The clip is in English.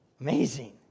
Amazing